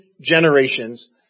generations